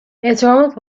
احترامت